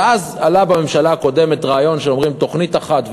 ואז עלה בממשלה הקודמת רעיון: תוכנית אחת,